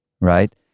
right